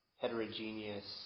heterogeneous